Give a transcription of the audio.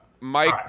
Mike